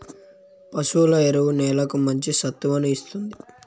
పశువుల ఎరువు నేలకి మంచి సత్తువను ఇస్తుంది